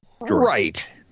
Right